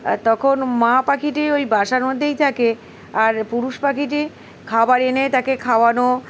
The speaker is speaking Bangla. তখন মা পাখিটি ওই বাসার মধ্যেই থাকে আর পুরুষ পাখিটি খাবার এনে তাকে খাওয়ানো